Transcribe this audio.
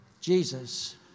Jesus